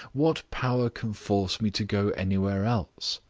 what power can force me to go anywhere else?